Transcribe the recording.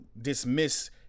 dismiss